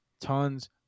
tons